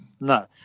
no